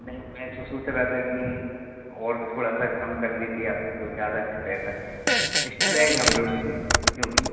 नहीं मैं तो सोच रहा था कि और थोड़ा सा कम कर देते आप तो ज़्यादा अच्छा रहता इस्टुडेन्ट हैं हम लोग क्योंकि